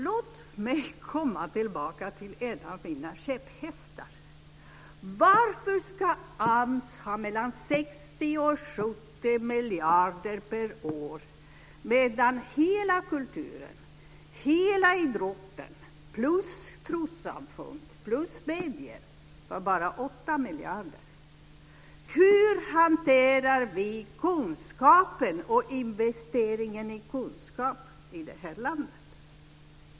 Låt mig komma tillbaka till en av mina käpphästar: Varför ska AMS ha 60-70 miljarder per år medan hela kulturen, hela idrotten, trossamfunden och medierna bara får 8 miljarder? Hur hanterar vi kunskapen och investeringen i kunskap i det här landet?